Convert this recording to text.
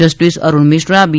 justice Arun Mishra બી